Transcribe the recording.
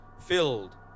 filled